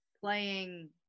playing